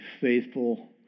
faithful